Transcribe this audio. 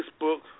Facebook